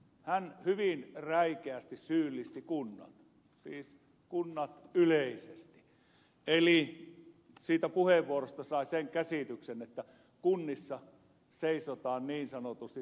hän hyvin räikeästi syyllisti kunnat siis kunnat yleisesti eli siitä puheenvuorosta sai sen käsityksen että kunnissa seisotaan niin sanotusti tumput suorana